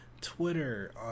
Twitter